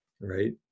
right